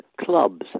clubs